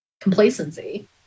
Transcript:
complacency